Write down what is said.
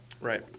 Right